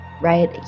right